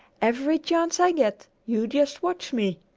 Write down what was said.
every chance i get. you just watch me!